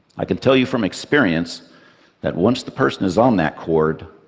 i can tell you from experience that once the person is on that cord,